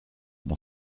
mon